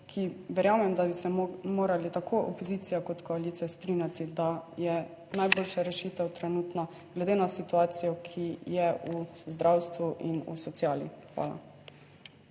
ki verjamem, da bi se morali tako opozicija kot koalicija strinjati, da je najboljša rešitev trenutna, glede na situacijo, ki je v zdravstvu in v sociali. Hvala.